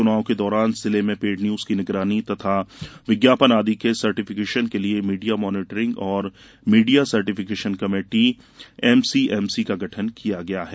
चुनाव के दौरान जिले में पेड न्यूज की निगरानी तथा विज्ञापन आदि के सर्टिफिकेशन कर्के लिये मीडिया मॉनिटरिंग एवं मीडिया सर्टिफिकेशन कमेटी एमसीएमसी का गठन किया गया है